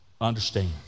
understand